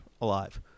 alive